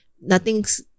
Nothing's